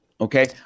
Okay